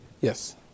yes